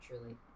truly